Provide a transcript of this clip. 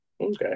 okay